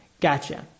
gotcha